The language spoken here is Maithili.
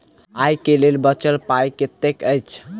आइ केँ लेल बचल पाय कतेक अछि?